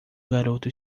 garoto